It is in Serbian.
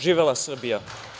Živela Srbija!